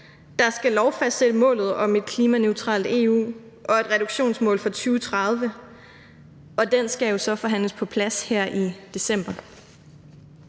der skal lovfastsætte målet om et klimaneutralt EU og et reduktionsmål for 2030. Og den skal jo så forhandles på plads her i december.